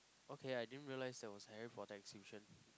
okay I didn't realize there was a Harry-Potter exhibition